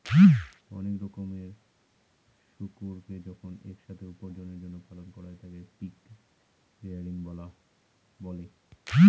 অনেক রকমের শুকুরকে যখন এক সাথে উপার্জনের জন্য পালন করা হয় তাকে পিগ রেয়ারিং বলে